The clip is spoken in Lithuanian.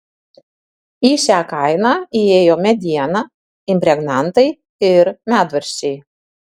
į šią kainą įėjo mediena impregnantai ir medvaržčiai